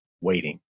waiting